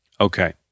Okay